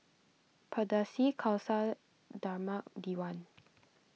Pardesi Khalsa Dharmak Diwan